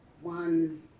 one